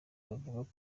bavuga